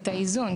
את האיזון.